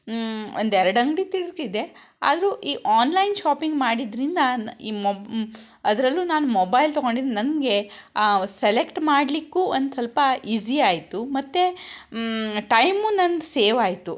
ಒಂದು ಎರಡು ಅಂಗಡಿ ತಿರುಗಿದೆ ಆದರೂ ಈ ಆನ್ಲೈನ್ ಶಾಪಿಂಗ್ ಮಾಡಿದ್ದರಿಂದ ನ ಈ ಅದರಲ್ಲೂ ನಾನು ಮೊಬೈಲ್ ತಗೊಂಡಿದ್ದು ನನಗೆ ಸೆಲೆಕ್ಟ್ ಮಾಡಲಿಕ್ಕೂ ಒಂದು ಸ್ವಲ್ಪ ಈಝಿ ಆಯಿತು ಮತ್ತು ಟೈಮೂ ನನ್ದು ಸೇವ್ ಆಯಿತು